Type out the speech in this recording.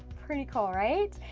pretty cool right?